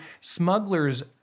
Smuggler's